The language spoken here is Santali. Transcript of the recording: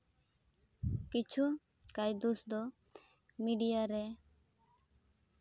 ᱠᱤᱪᱷᱩ ᱠᱟᱹᱭᱫᱩᱥ ᱫᱚ ᱢᱤᱰᱤᱭᱟ ᱨᱮ